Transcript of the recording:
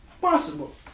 Possible